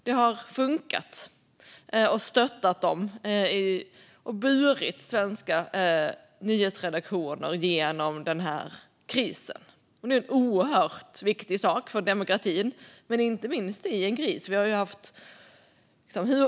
Det har funkat och stöttat dem och på så sätt burit svenska nyhetsredaktioner genom krisen. Det är en oerhört viktig sak för demokratin inte minst i en kris.